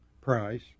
price